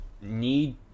need